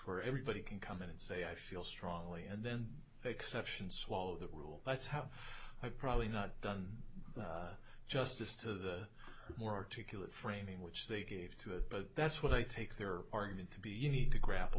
where everybody can come in and say i feel strongly and then exceptions swallow the rule that's how i'd probably not done justice to the more articulate framing which they gave to it but that's what i think their argument to be you need to grapple